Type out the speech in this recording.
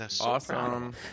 Awesome